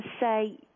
say